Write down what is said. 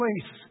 place